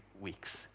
weeks